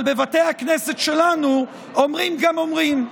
אבל בבתי הכנסת שלנו אומרים גם אומרים.